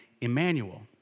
Emmanuel